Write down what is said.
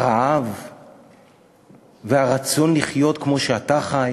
הרעב והרצון לחיות כמו שאתה חי